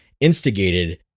instigated